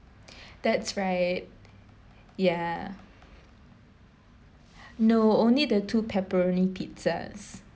that's right ya no only the two pepperoni pizzas